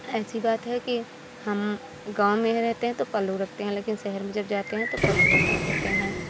ऐसी बात है कि हम गाँव में रहते हैं तो पल्लू रखते हैं लेकिन हेर में जब जाते हैं तो पल्लू हटा देते हैं